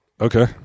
Okay